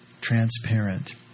transparent